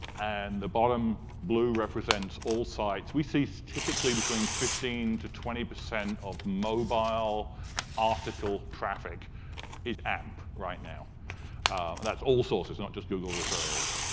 and the bottom blue represents all sites. we see typically between fifteen percent to twenty percent of mobile article traffic in amp right now. and that's all sources, not just google referrals.